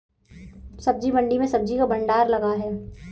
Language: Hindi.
सब्जी मंडी में सब्जी का भंडार लगा है